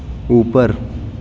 اوپر